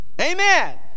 amen